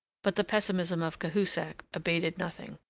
but the pessimism of cahusac abated nothing.